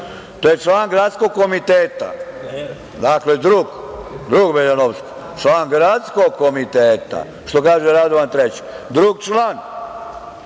To je član gradskog komiteta, dakle drug Veljanovski, član gradskog komiteta, što kaže Radovan Treći. Drug član,